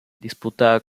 disputaba